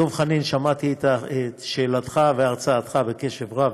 דב חנין, שמעתי את שאלתך והרצאתך בקשב רב.